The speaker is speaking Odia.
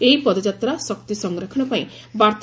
ଏହି ପଦଯାତ୍ରା ଶକ୍ତି ସଂରକ୍ଷଣ ପାଇଁ ବାର୍ଉ